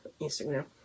Instagram